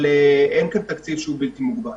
משרד התיירות מוביל